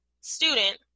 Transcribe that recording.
student